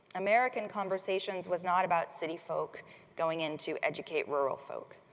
american conversations was not about cityfolk going into educate rural folk.